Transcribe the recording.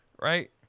right